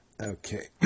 Okay